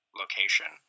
location